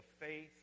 faith